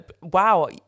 Wow